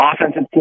offensive